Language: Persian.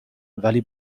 ولی